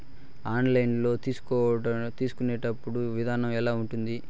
online loan తీసుకునేటప్పుడు విధానం ఎలా ఉంటుంది